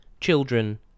Children